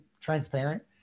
transparent